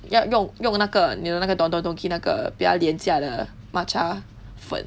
要用用那个 you know 那个 don don donki 那个比较廉价的 matcha 粉